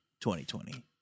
2020